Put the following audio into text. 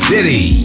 City